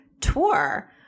tour